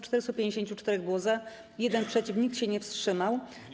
454 było za, 1 - przeciw, nikt się nie wstrzymał.